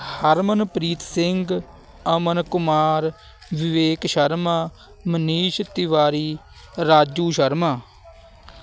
Harmanpreet Singh Aman Kumar Vivek Sharma Manish Tiwari Raju Sharma